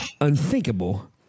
unthinkable